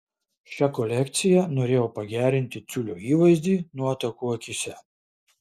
šia kolekcija norėjau pagerinti tiulio įvaizdį nuotakų akyse